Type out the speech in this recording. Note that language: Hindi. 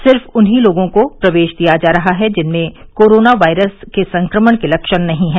सिर्फ उन्हीं लोगों को प्रवेश दिया जा रहा है जिनमें कोरोना वायरस के संक्रमण के लक्षण नहीं हैं